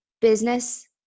business